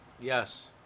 Yes